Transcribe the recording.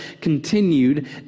continued